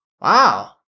wow